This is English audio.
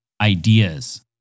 ideas